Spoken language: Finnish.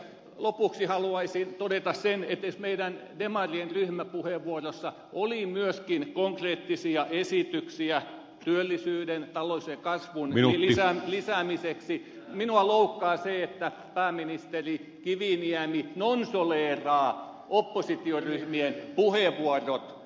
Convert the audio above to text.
lopuksi haluaisin todeta sen että kun esimerkiksi meidän demarien ryhmäpuheenvuorossa oli myöskin konkreettisia esityksiä työllisyyden taloudellisen kasvun lisäämiseksi minua loukkaa se että pääministeri kiviniemi nonsoleeraa oppositioryhmien puheenvuorot